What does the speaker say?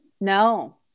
No